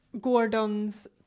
gordon's